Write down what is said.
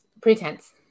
Pretense